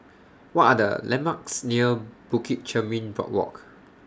What Are The landmarks near Bukit Chermin Boardwalk